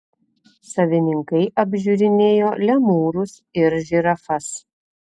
savininkai apžiūrinėjo lemūrus ir žirafas